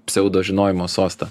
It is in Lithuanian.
pseudo žinojimo sostą